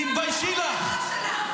תתביישי לך.